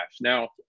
Now